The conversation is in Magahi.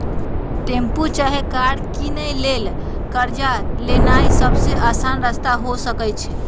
टेम्पु चाहे कार किनै लेल कर्जा लेनाइ सबसे अशान रस्ता हो सकइ छै